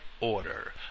order